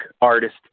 artist